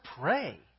pray